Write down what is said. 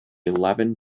eleven